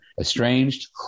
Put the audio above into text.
Estranged